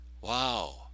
wow